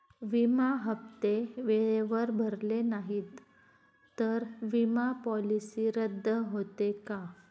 विमा हप्ते वेळेवर भरले नाहीत, तर विमा पॉलिसी रद्द होते का?